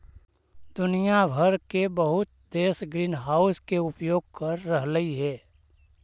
दुनिया भर के बहुत देश ग्रीनहाउस के उपयोग कर रहलई हे